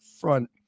front